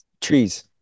Trees